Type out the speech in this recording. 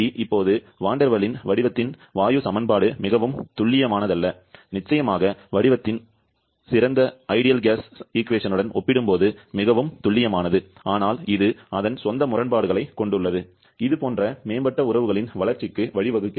இப்போது Van der வாலின் வடிவத்தின் வாயு சமன்பாடு மிகவும் துல்லியமானதல்ல நிச்சயமாக வடிவத்தின் சிறந்த வாயு சமன்பாட்டுடன் ஒப்பிடும்போது மிகவும் துல்லியமானது ஆனால் இது அதன் சொந்த முரண்பாடுகளைக் கொண்டுள்ளது இது போன்ற மேம்பட்ட உறவுகளின் வளர்ச்சிக்கு வழிவகுக்கிறது